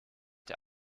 der